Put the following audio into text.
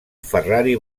ferrari